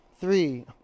three